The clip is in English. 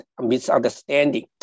misunderstanding